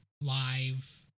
Live